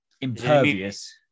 impervious